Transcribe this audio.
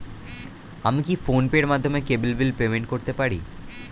আমি কি ফোন পের মাধ্যমে কেবল বিল পেমেন্ট করতে পারি?